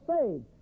saved